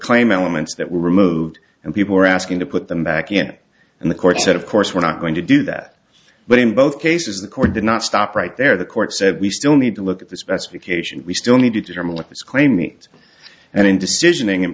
claim elements that were removed and people were asking to put them back in and the court said of course we're not going to do that but in both cases the core did not stop right there the court said we still need to look at the specification we still need to determine what this claim meet and in decision in